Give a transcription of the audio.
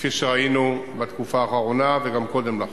כפי שראינו בתקופה האחרונה וגם קודם לכן.